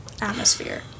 atmosphere